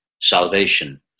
salvation